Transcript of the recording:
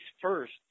first